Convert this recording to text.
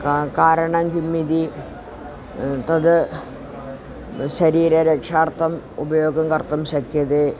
का कारणं किम् इति तद् शरीररक्षार्थम् उपयोगं कर्तुं शक्यते